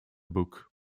book